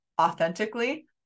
authentically